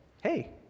Hey